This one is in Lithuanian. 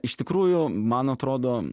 iš tikrųjų man atrodo